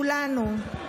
כולנו.